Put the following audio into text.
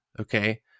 Okay